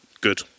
Good